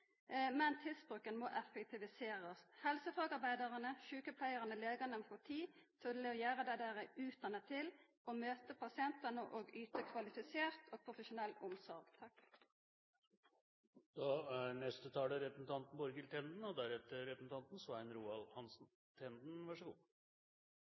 men tidsbruken må effektiviserast. Helsefagarbeidarane, sjukepleiarane og legane må få tid til å gjera det dei er utdanna til – å møta pasientane og yta kvalifisert og profesjonell omsorg.